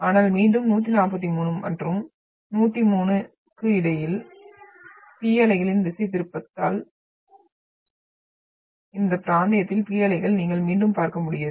ஆனால் மீண்டும் 143 மற்றும் 103 க்கு இடையில் P அலைகளின் திசைதிருப்பல் காரணமாக இந்த பிராந்தியத்தில் P அலைகளை நீங்கள் மீண்டும் பார்க்க முடியாது